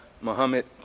Muhammad